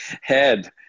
head